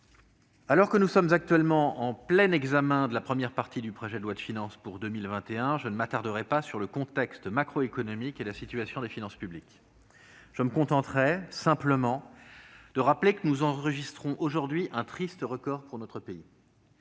Alors que le Sénat examine actuellement la première partie du projet de loi de finances pour 2021, je ne m'attarderai pas sur le contexte macroéconomique et la situation des finances publiques. Je me contenterai de rappeler que nous enregistrons aujourd'hui un triste record pour notre pays